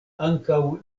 ankaŭ